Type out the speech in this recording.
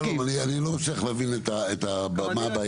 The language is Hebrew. שלום אני לא מצליח להבין מה הבעיה.